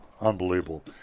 Unbelievable